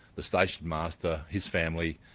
the station master, his family,